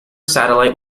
satellite